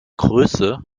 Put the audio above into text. größe